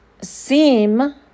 seem